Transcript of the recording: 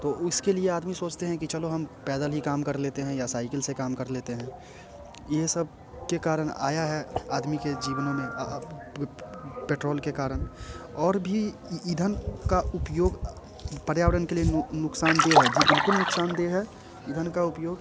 तो उसके लिए आदमी सोचते हैं कि चलो हम पैदल ही काम कर लेते हैं या साइकिल से काम कर लेते हैं ये सब के कारण आया है आदमी के जीवनों में पेट्रोल के कारण और भी ईंधन का उपयोग पर्यावरण के लिए नुक़सानदेह है जी बिल्कुल नुक़सानदेह ईंधन का उपयोग